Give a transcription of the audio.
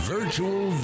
Virtual